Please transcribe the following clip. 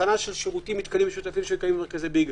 הבחנה של שירותים ומתקנים משותפים שקיימים במרכזי ביג.